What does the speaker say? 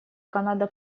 канада